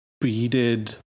beaded